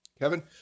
Kevin